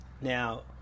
Now